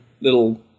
little